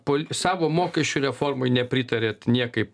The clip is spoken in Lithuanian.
pul savo mokesčių reformai nepritarėt niekaip